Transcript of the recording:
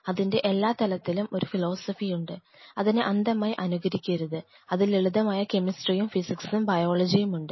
അതിൻറെ എല്ലാ തലത്തിലും ഒരു ഫിലോസഫി ഉണ്ട് അതിനെ അന്ധമായി അനുകരിക്കരുത് അതിൽ ലളിതമായ കെമിസ്ട്രിയും ഫിസിക്സും ബയോളജിയും ഉണ്ട്